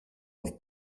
auf